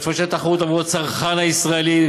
לפשט תחרות עבור הצרכן הישראלי,